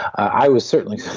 i was certainly